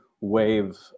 wave